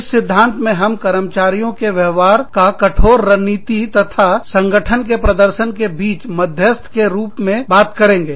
इस सिद्धांत में हम कर्मचारियों के व्यवहार का कठोर रणनीति तथा संगठन के प्रदर्शन के बीच मध्यस्थ के रूप में बात करेंगे